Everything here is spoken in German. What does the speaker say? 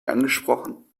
angesprochen